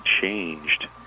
changed